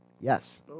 Yes